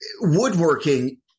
woodworking